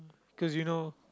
because you know